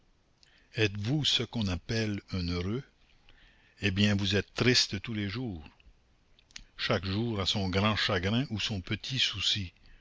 êtes-vous ce qu'on appelle un heureux eh bien vous êtes triste tous les jours chaque jour a son grand chagrin ou son petit souci